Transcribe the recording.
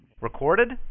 Recorded